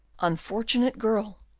unfortunate girl!